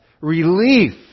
relief